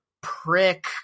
prick